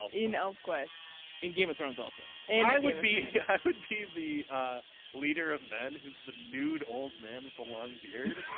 in elfquest in game of thrones also. and i would be would be the leader of men who's the nude old man with the long beard.